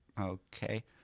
Okay